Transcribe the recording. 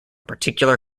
particular